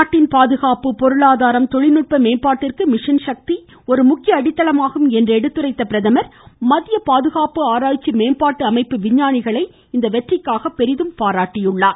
நாட்டின் பாதுகாப்பு பொருளாதாரம் தொழில்நுட்ப மேம்பாட்டிற்கு மிஷன் சக்தி ஒரு முக்கிய அடித்தளமாகும் என்று சுட்டிக்காட்டிய பிரதமர் மத்திய பாதுகாப்பு ஆராய்ச்சி மேம்பாட்டு அமைப்பு விஞ்ஞானிகளை இந்த வெற்றிக்காக பாராட்டு தெரிவித்தார்